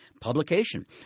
publication